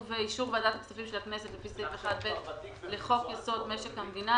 ובאישור ועדת הכספים של הכנסת לפי סעיף 1(ב) לחוק-יסוד: משק המדינה,